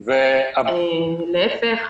להיפך.